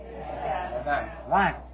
Right